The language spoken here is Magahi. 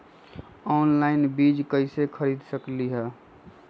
ऑनलाइन बीज कईसे खरीद सकली ह?